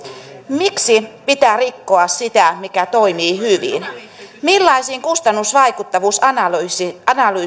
miksi pitää rikkoa sitä mikä toimii hyvin millaisiin kustannusvaikuttavuusanalyyseihin